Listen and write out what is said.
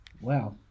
Wow